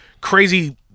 crazy